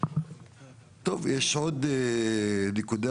יש עוד נקודה,